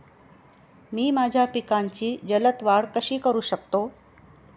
मी माझ्या पिकांची जलद वाढ कशी करू शकतो?